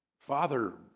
Father